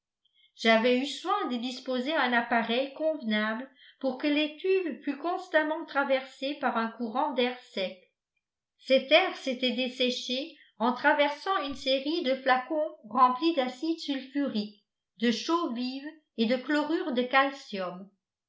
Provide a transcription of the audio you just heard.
j'avais eu soin de disposer un appareil convenable pour que l'étuve fût constamment traversée par un courant d'air sec cet air s'était desséché en traversant une série de flacons remplis d'acide sulfurique de chaux vive et de chlorure de calcium